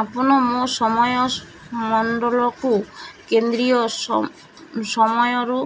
ଆପଣ ମୋ ସମୟ ମଣ୍ଡଳକୁ କେନ୍ଦ୍ରୀୟ ସମୟରୁ